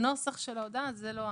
הנוסח של ההודעה, זה לא החוק.